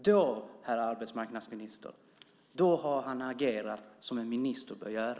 Då, herr arbetsmarknadsminister, har du agerat som en minister bör göra.